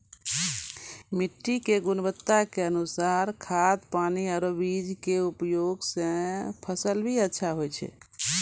मिट्टी के गुणवत्ता के अनुसार खाद, पानी आरो बीज के उपयोग सॅ फसल भी अच्छा होय छै